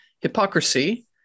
Hypocrisy